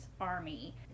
Army